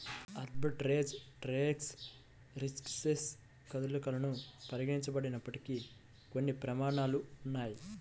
arbitrage trades riskless కదలికలను పరిగణించబడినప్పటికీ, కొన్ని ప్రమాదాలు ఉన్నయ్యి